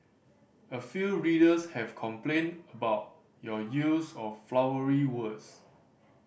a few readers have complained about your use of 'flowery' words